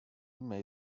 may